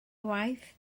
waith